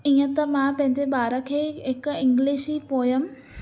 ईंअ त मां पंहिंजे बारु खे हिकु इंगलिश जी पोयम